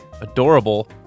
adorable